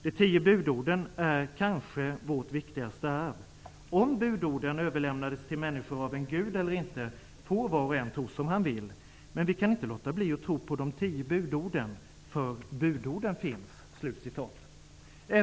De tio budorden är kanske vårt viktigaste arv. Om budorden överlämnades till människorna av en gud eller inte, får var och en tro som han vill, men vi kan inte låta bli att tro på De tio budorden, för budorden finns.''